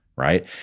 Right